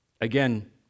Again